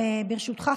וברשותך,